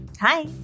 Hi